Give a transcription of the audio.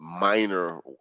minor